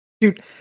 Dude